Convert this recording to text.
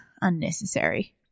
unnecessary